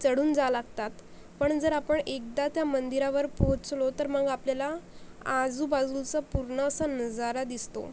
चढून जावं लागतात पण जर आपण एकदा त्या मंदिरावर पोहोचलो तर मग आपल्याला आजूबाजूचा पूर्ण असा नजारा दिसतो